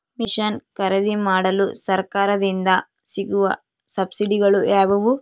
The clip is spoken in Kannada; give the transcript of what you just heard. ಮಿಷನ್ ಖರೇದಿಮಾಡಲು ಸರಕಾರದಿಂದ ಸಿಗುವ ಸಬ್ಸಿಡಿಗಳು ಯಾವುವು?